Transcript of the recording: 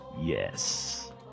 Yes